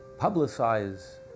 publicize